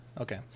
okay